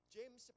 James